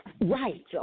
Right